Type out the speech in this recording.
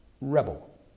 rebel